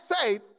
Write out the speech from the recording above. faith